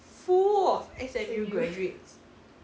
full of S_M_U graduates